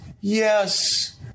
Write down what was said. yes